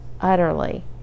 utterly